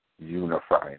unifying